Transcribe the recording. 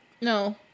No